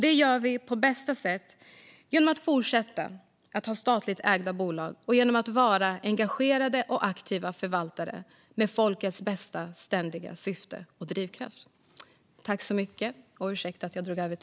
Det gör vi på bästa sätt genom att fortsätta att ha statligt ägda bolag och genom att vara engagerade och aktiva förvaltare med folkets bästa som syfte och ständig drivkraft.